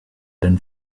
den